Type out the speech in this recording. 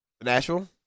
Nashville